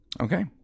Okay